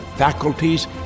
Faculties